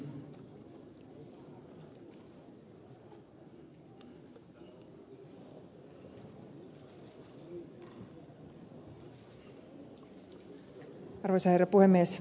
arvoisa herra puhemies